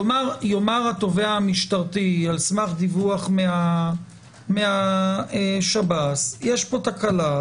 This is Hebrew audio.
יאמר התובע המשטרתי על סמך דיווח מהשב"ס יש פה תקלה.